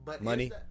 Money